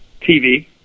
TV